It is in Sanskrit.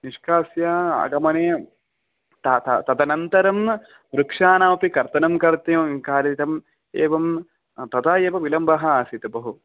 निष्कास्य आगमने टाका तदनन्तरं वृक्षाणामपि कर्तनं कर्त्य कारितं एवं तथा एव विलम्बः आसीत् बहु